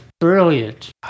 brilliant